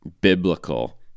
biblical